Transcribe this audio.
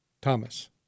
Thomas